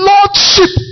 Lordship